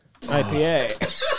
IPA